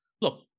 look